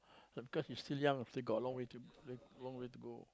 but because you still young still got a long way to eh long way to go